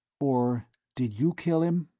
or did you kill him?